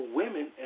women